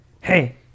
Hey